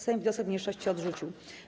Sejm wniosek mniejszości odrzucił.